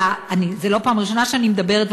זה לא הפעם הראשונה שאני מדברת,